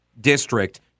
district